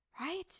right